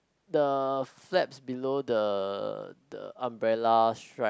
the flaps below the the umbrella strap